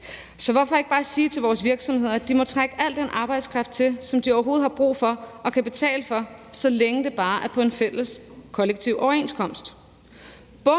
Så hvorfor ikke bare sige til vores virksomheder, at de må trække al den arbejdskraft hertil, som de overhovedet har brug for og kan betale for, så længe det bare er på en fælles kollektiv overenskomst?